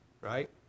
right